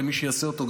למי שיעשה אותו,